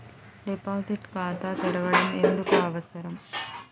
Deposit ఖాతా తెరవడం ఎందుకు అవసరం?